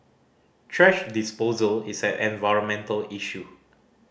thrash disposal is an environmental issue